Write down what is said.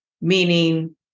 meaning